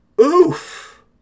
oof